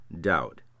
doubt